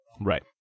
Right